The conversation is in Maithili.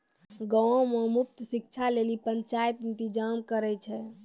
गांवो मे मुफ्त शिक्षा लेली पंचायत इंतजाम करै छै